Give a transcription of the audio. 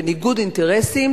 בניגוד אינטרסים.